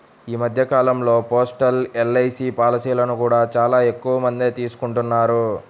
ఈ మధ్య కాలంలో పోస్టల్ ఎల్.ఐ.సీ పాలసీలను కూడా చాలా ఎక్కువమందే తీసుకుంటున్నారు